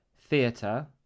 theatre